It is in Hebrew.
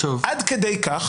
עד כדי כך.